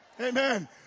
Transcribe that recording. Amen